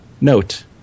Note